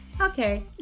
Okay